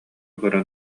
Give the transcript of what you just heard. көрөн